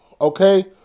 Okay